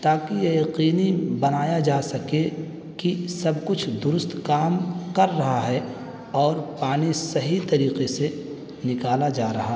تاکہ یہ یقینی بنایا جا سکے کہ سب کچھ درست کام کر رہا ہے اور پانی صحیح طریقے سے نکالا جا رہا